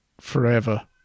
forever